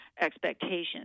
expectations